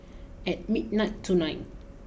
at midnight tonight